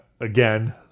again